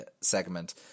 segment